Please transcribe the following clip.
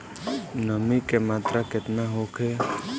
नमी के मात्रा केतना होखे?